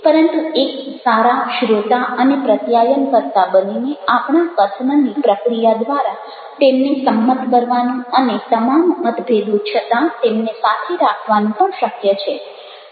પરંતુ એક સારા શ્રોતા અને પ્રત્યાયનકર્તા બનીને આપણા કથનની પ્રક્રિયા દ્વારા તેમને સંમત કરવાનું અને તમામ મતભેદો છતાં તેમને સાથે રાખવાનું પણ શક્ય છે